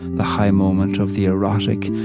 the high moment of the erotic,